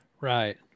Right